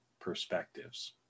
perspectives